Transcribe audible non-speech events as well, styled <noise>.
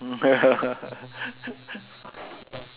<laughs> <noise>